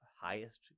highest